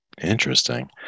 Interesting